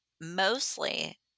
mostly